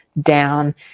down